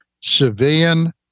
civilian